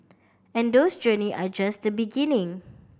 and those journey are just beginning